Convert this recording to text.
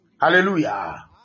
Hallelujah